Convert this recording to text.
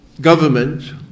government